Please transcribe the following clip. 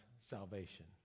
salvation